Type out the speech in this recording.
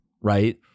right